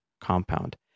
compound